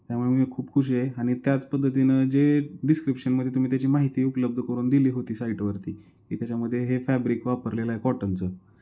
त्यामुळे मी खूप खूश आहे आणि त्याच पद्धतीनं जे डिस्क्रिप्शनमध्ये तुम्ही त्याची माहिती उपलब्ध करून दिली होती साईटवरती की त्याच्यामध्ये हे फॅब्रिक वापरलेलं आहे कॉटनचं